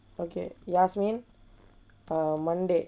okay yasmin err monday